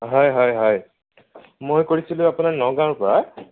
হয় হয় হয় মই কৰিছিলোঁ আপোনাৰ নগাঁৱৰ পৰা